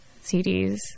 CDs